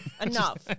Enough